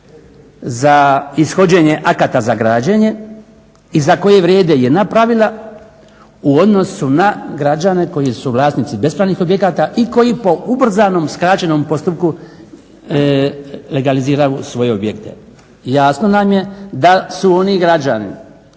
za ishođenje akata za građenje i za koje vrijede jedna pravila u odnosu na građane koji su vlasnici bespravnih objekata i koji po ubrzanom skraćenom postupku legalizira svoje objekte. Jasno nam je da su oni građani